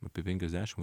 apie penkiasdešim